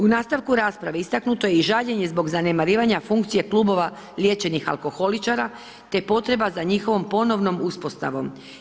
U nastavku rasprave istaknuto je i žaljenje i zbog zanemarivanje funkcije klubova liječenih alkoholičara te potreba za njihovom ponovnom uspostavom.